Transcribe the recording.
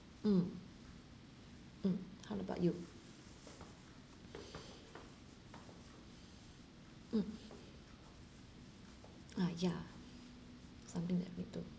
mm mm how about you mm uh ya something like me too